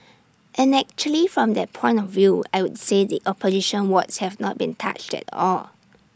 and actually from that point of view I would say the opposition wards have not been touched at all